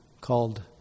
called